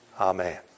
Amen